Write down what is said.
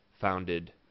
founded